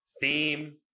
theme